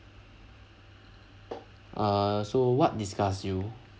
err so what disgust you